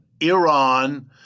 Iran